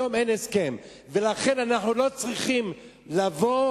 היום אין הסכם ולכן אנחנו לא צריכים לבוא